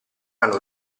hanno